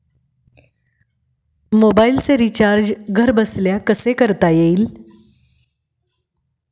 मोबाइलचे रिचार्ज घरबसल्या कसे करता येईल?